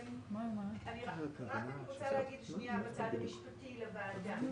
אני רוצה להגיד בצד המשפטי לוועדה.